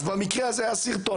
אז במקרה הזה היה סרטון.